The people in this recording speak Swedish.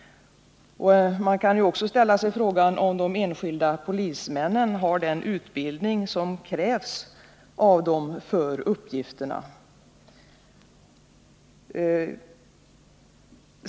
Man kan också ställa sig frågan om de enskilda polismännen har den utbildning som krävs av dem för denna uppgift.